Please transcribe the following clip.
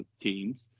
teams